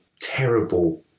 terrible